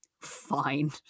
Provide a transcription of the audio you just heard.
fine